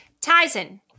Tyson